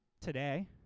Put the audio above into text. today